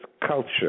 culture